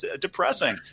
depressing